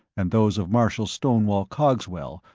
and those of marshal stonewall cogswell,